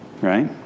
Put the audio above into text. Right